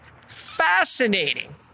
Fascinating